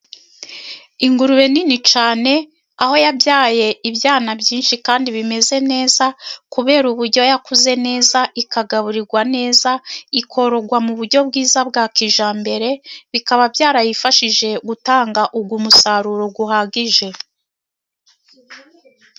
Ingurube nini cyane, aho yabyaye ibyana byinshi kandi bimeze neza, kubera uburyo yakuze neza, ikagaburirwa neza ikororwa mu buryo bwiza bwa kijyambere, bikaba byarayifashije gutanga uwo musaruro uhagije.